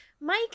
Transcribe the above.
mike